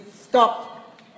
stop